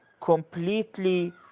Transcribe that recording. completely